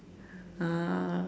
ah